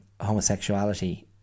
homosexuality